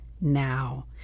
now